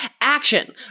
action